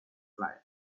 fire